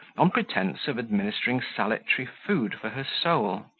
on pretence of administering salutary food for her soul.